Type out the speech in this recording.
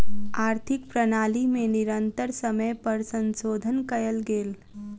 आर्थिक प्रणाली में निरंतर समय पर संशोधन कयल गेल